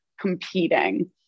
competing